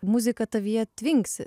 muzika tavyje tvinksi